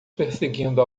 perseguindo